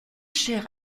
chers